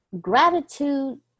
Gratitude